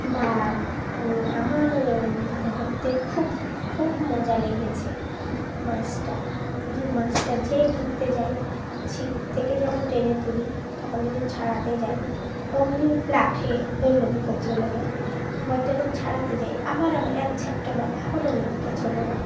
বা আমার ধরতে খুব খুব মজা লেগেছে মাছটা যে মাছটা যেই ধরতে যাই ছিপ থেকে যখন টেনে তুলি তখন যখন ছাড়াতে যাই অমনি লাফিয়ে অন্যদিকে চলে যায় আবার যখন ছাড়াতে যাই আবার আমার এক ঝাপটা মারে আবার অন্যদিকে চলে যায়